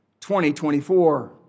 2024